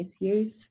misuse